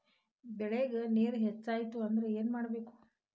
ಬೆಳೇಗ್ ನೇರ ಹೆಚ್ಚಾಯ್ತು ಅಂದ್ರೆ ಏನು ಮಾಡಬೇಕು?